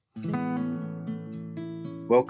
welcome